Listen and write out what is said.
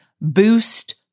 Boost